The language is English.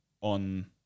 on